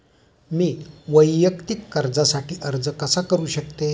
मी वैयक्तिक कर्जासाठी अर्ज कसा करु शकते?